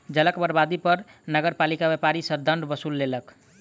जलक बर्बादी पर नगरपालिका व्यापारी सॅ दंड वसूल केलक